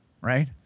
right